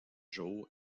jour